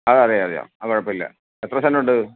അതെ അതെ അതെ അതെയോ കുഴപ്പം ഇല്ല എത്ര സെൻറ്റ് ഉണ്ട്